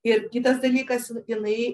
ir kitas dalykas jinai